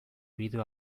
bideo